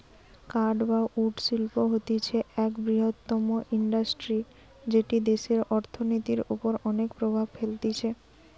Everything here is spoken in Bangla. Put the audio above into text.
কাঠ বা উড শিল্প হতিছে এক বৃহত্তম ইন্ডাস্ট্রি যেটি দেশের অর্থনীতির ওপর অনেক প্রভাব ফেলতিছে